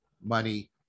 money